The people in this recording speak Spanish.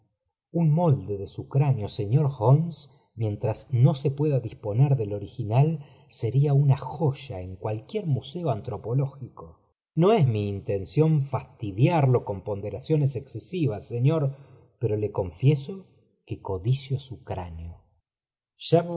un molde de í su cráneo señor holmes mientras no se pueda disponer del original soría una joya en cualquier p museo antropológico no es mi intención fastidiario con ponderaciones excesivas señor pero le confieso que codicio su cráneo